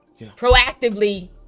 proactively